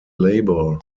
labor